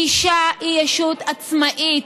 אישה היא ישות עצמאית.